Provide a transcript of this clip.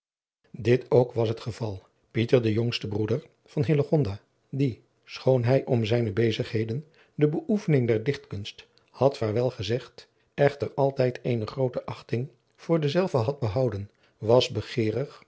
dit ook was het geval pieter de jongste broeder van hillegonda die schoon hij om zijne bezigheden de beoefening der dichtkunst had vaarwel gezegd echter altijd eene groote achting voor dezelve had behouden was